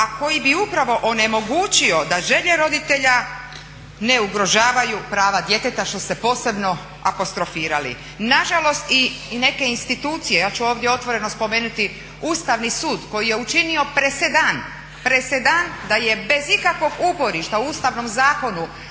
a koji bi upravo onemogućio da želje roditelja ne ugrožavaju prava djeteta, što ste posebno apostrofirali. Na žalost i neke institucije, ja ću ovdje otvoreno spomenuti Ustavni sud koji je učinio presedan, presedan da je bez ikakvog uporišta u Ustavnom zakonu